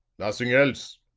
nothing else.